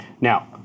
Now